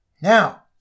Now